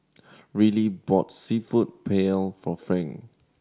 Rillie bought Seafood Paella for Frank